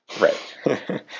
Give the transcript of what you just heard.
right